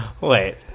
Wait